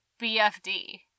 BFD